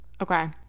Okay